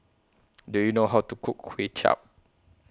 Do YOU know How to Cook Kway Chap